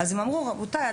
הם אמרו רבותיי,